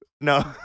No